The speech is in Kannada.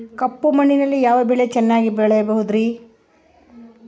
ಕಪ್ಪು ಮಣ್ಣಿನಲ್ಲಿ ಯಾವ ಬೆಳೆ ಚೆನ್ನಾಗಿ ಬೆಳೆಯಬಹುದ್ರಿ?